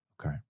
Okay